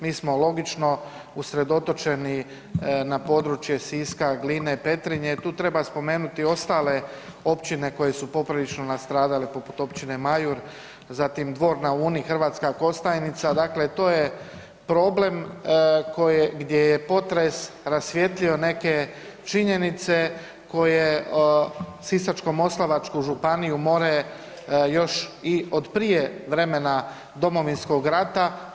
Mi smo logično usredotočeni na područje Siska, Gline, Petrinje tu treba spomenuti i ostale općine koje su poprilično nastradale poput općine Majur, zatim Dvor na Uni, Hrvatska Kostajnica, dakle to je problem koje, gdje je potres rasvijetlio neke činjenice koje Sisačko-moslavačku županiju more još i od prije vremena Domovinskog rada.